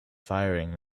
firing